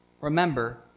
Remember